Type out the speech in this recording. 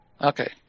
Okay